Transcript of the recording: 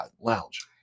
lounge